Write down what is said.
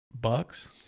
bucks